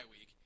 week